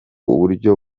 uburyo